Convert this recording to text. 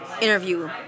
interview